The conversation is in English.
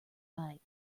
bite